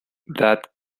that